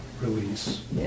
release